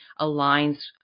aligns